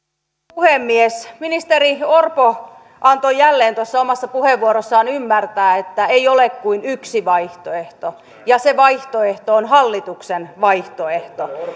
puhemies ministeri orpo antoi jälleen tuossa omassa puheenvuorossaan ymmärtää että ei ole kuin yksi vaihtoehto ja se vaihtoehto on hallituksen vaihtoehto